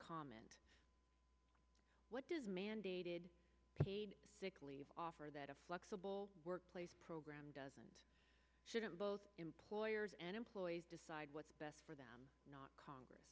comment what does mandated paid sick leave offer that a flexible workplace program doesn't shouldn't both employers and employees decide what's best for them not